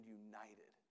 united